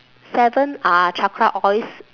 seven are chakra oils